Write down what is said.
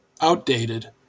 outdated